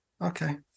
okay